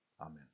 Amen